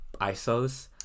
ISOs